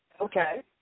Okay